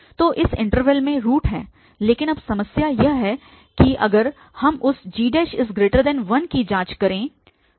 तो इस इन्टरवल में रूट है लेकिन अब समस्या यह है कि अगर हम उस g1 की जाँच करें